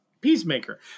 Peacemaker